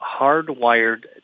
hardwired